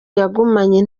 yagumanye